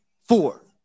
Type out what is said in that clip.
Four